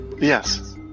Yes